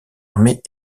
armée